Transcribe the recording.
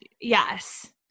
Yes